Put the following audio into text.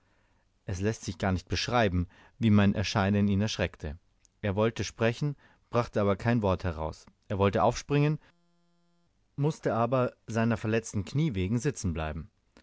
es läßt sich gar nicht beschreiben wie mein erscheinen ihn erschreckte er wollte sprechen brachte aber kein wort heraus er wollte aufspringen mußte aber seiner verletzten kniee wegen sitzen bleiben